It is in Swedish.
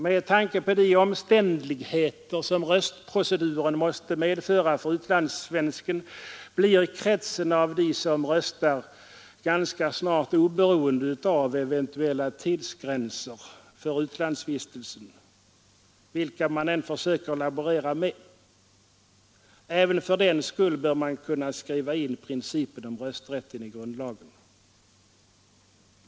Med tanke på de omständligheter som röstproceduren måste medföra för utlandssvensken blir kretsen av dem som röstar ganska snart oberoende av vilka eventuella tidsgränser för utlandsvistelsen man än försöker laborera med. Även fördenskull bör man kunna skriva in principen om rösträtten i grundlagen.